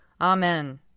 Amen